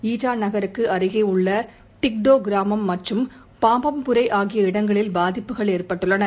eta நகருக்கு அருகே உள்ள திக்தோ கிராமம் மற்றும் பாபம்புரே ஆகிய ப இடங்களில் பாதிப்புகள் ஏற்பட்டுள்ளன